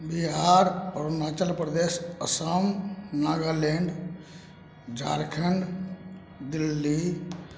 Bihar Arunachal Pradesh Assam Nagaland Jharkhand Delhi